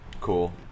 Cool